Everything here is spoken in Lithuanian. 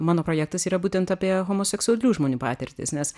mano projektas yra būtent apie homoseksualių žmonių patirtis nes